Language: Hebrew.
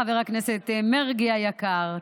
חבר הכנסת מרגי היקר.